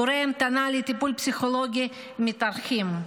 תורי ההמתנה לטיפול פסיכולוגי מתארכים,